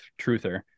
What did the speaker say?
truther